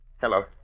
Hello